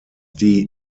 die